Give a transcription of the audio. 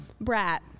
brat